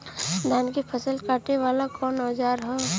धान के फसल कांटे वाला कवन औजार ह?